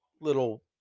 little